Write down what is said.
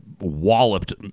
walloped